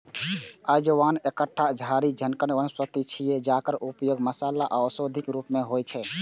अजवाइन एकटा झाड़ी सनक वनस्पति छियै, जकर उपयोग मसाला आ औषधिक रूप मे होइ छै